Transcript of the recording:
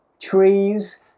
trees